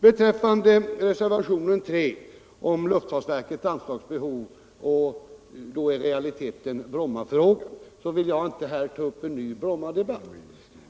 I fråga om reservationen 3, vid Luftfartsverkets anslagsbehov, i realiteten Brommafrågan, vill jag inte ta upp en ny Brommadebatt.